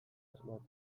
asmatu